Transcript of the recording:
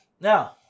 Now